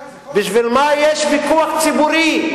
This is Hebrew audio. בבקשה, זה חוק, בשביל מה יש ויכוח ציבורי?